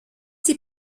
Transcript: s’y